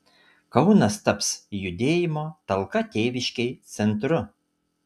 kaunas taps judėjimo talka tėviškei centru